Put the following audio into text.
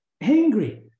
angry